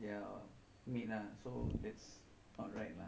ya lah so